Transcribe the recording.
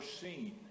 seen